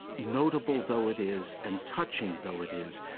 notable though it is and touching though it is,